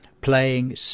playing